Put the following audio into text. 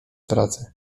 pracy